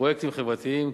פרויקטים חברתיים,